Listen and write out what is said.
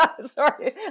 Sorry